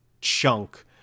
chunk